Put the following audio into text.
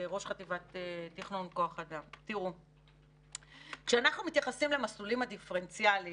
ראש חטיבת תכנון כוח אדם: כשאנחנו מתייחסים למסלולים הדיפרנציאלים